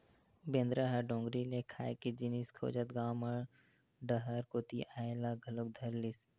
बेंदरा ह डोगरी ले खाए के जिनिस खोजत गाँव म डहर कोती अये ल घलोक धरलिस